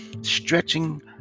stretching